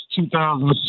2006